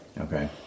Okay